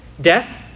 Death